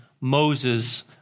Moses